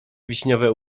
wiśniowe